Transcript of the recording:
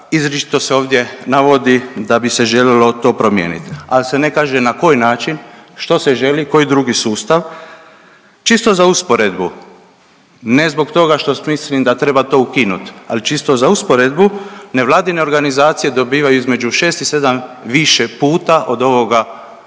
izričito se ovdje navodi da bi se željelo to promijeniti, ali se ne kaže na koji način, što se želi, koji drugi sustav. Čisto za usporedbu, ne zbog toga što mislim da treba to ukinuti, ali čisto za usporedbu nevladine organizacije dobivaju između 6 i 7 više puta od ovoga po